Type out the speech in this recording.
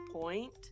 point